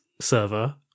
server